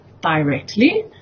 directly